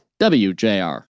WJR